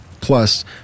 Plus